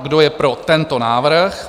Kdo je pro tento návrh?